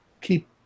keep